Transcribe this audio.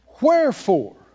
Wherefore